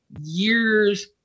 years